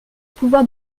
pouvoir